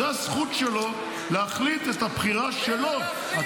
זו הזכות שלו להחליט את הבחירה שלו.